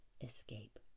escape